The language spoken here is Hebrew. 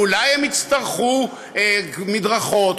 אולי הם יצטרכו מדרכות,